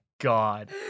god